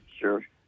sure